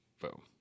Boom